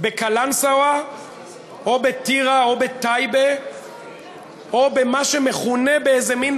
בקלנסואה או בטירה או בטייבה או במה שמכונה באיזה מין